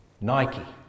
Nike